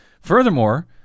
Furthermore